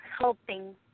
helping